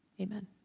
Amen